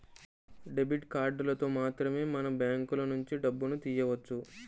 debit కార్డులతో మాత్రమే మనం బ్యాంకులనుంచి డబ్బును తియ్యవచ్చు